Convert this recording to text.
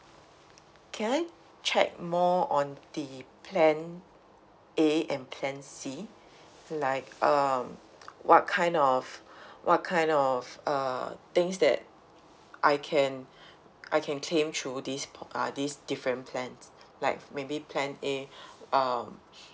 can I check more on the plan A and plan C like um what kind of what kind of uh things that I can I can claim through this p~ uh these different plans like maybe plan A um